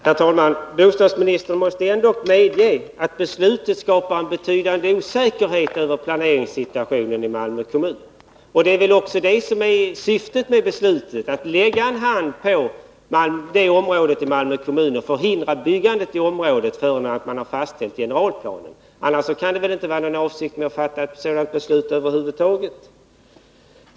Herr talman! Bostadsministern måste ändå medge att beslutet skapar en betydande osäkerhet beträffande planeringssituationen i Malmö kommun. Det är väl också syftet med beslutet — att lägga en hand på detta område i Malmö kommun och förhindra byggande i området innan generalplanen fastställts. Annars kan det inte vara någon avsikt med att fatta ett sådant beslut över huvud taget.